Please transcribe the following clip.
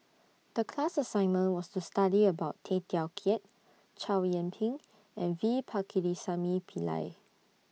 The class assignment was to study about Tay Teow Kiat Chow Yian Ping and V Pakirisamy Pillai